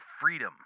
freedom